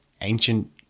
ancient